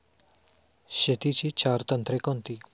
शेतीची चार तंत्रे कोणती?